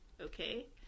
Okay